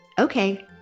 Okay